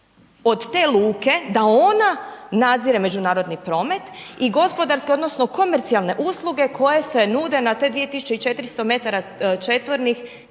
od te luke, da ona nadzire međunarodni promet i gospodarski, odnosno komercijalne usluge, koje se nude na te 2400 metara četvornih